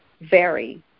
vary